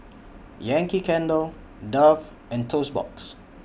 Yankee Candle Dove and Toast Box